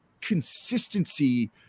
consistency